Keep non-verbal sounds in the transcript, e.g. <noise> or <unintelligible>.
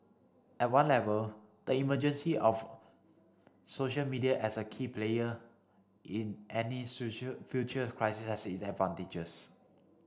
at one level the emergency of social media as a key player in any social future crisis has <unintelligible> advantages